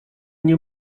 nie